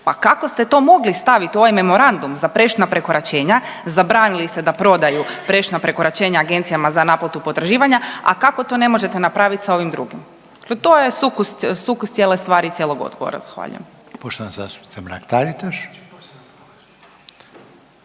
pa kako ste to mogli stavit u ovaj memorandum za prešutna prekoračenja, zabranili ste da prodaju prešutna prekoračenja agencijama za naplatu potraživanja, a kako to ne možete napravit sa ovim drugim? To je sukus cijele stvari i cijelog odgovora. Zahvaljujem.